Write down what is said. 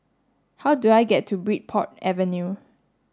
how do I get to Bridport Avenue